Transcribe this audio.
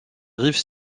rive